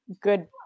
good